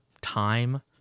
time